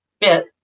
bit